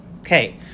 Okay